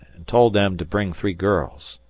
and told them to bring three girls.